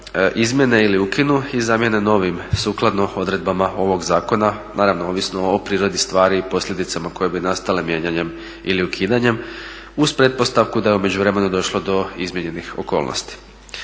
izmijene ili ukinu i zamjene novim sukladno odredbama ovoga Zakona naravno ovisno o prirodi stvari i posljedicama koje bi nastale mijenjanjem ili ukidanjem uz pretpostavku da je u međuvremenu došlo do izmijenjenih okolnosti.